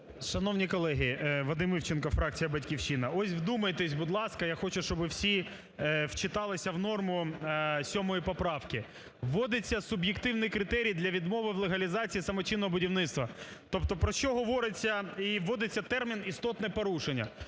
Шановні колеги! Вадим Івченко, фракція "Батьківщина". Ось, вдумайтесь, будь ласка. Я хочу, щоб всі вчитались в норму 7 поправки. Вводиться суб'єктивний критерій для відмови в легалізації самочинного будівництва. Тобто про що говориться і вводиться термін "істотне порушення".